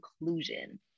inclusion